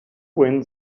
wind